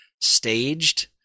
staged